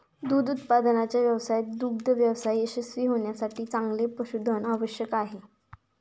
दूध उत्पादनाच्या व्यवसायात दुग्ध व्यवसाय यशस्वी होण्यासाठी चांगले पशुधन आवश्यक आहे